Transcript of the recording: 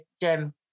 Jim